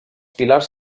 pilars